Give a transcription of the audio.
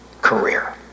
career